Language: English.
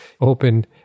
open